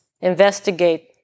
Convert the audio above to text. investigate